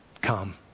come